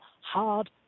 hard